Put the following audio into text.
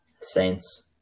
Saints